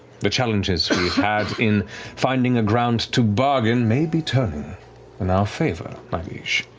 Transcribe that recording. the challenges we've had in finding a ground to bargain may be turning in our favor, my liege.